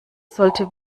sollte